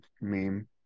meme